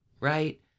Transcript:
right